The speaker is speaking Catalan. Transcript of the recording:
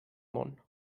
món